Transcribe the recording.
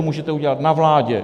Můžete to udělat na vládě.